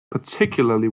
particularly